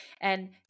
And-